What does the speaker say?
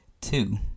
Two